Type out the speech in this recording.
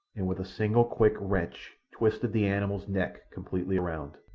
and with a single quick wrench twisted the animal's neck completely round,